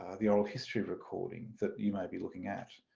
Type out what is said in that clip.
ah the oral history recording that you may be looking at.